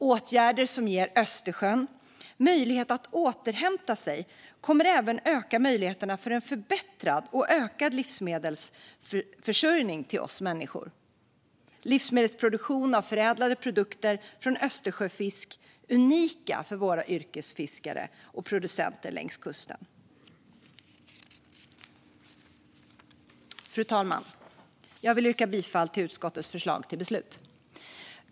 Åtgärder som ger Östersjön möjlighet att återhämta sig kommer även att öka möjligheterna till en förbättrad och ökad livsmedelsförsörjning till oss människor. Det handlar om livsmedelsproduktion av förädlade produkter från Östersjöfisk som är unika för våra yrkesfiskare och producenter längs kusten. Fru talman! Jag vill yrka bifall till utskottets förslag till beslut.